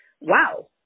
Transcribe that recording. wow